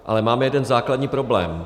Ale máme jeden základní problém.